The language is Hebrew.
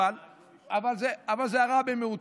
אבל זה הרע במיעוטו.